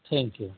thank you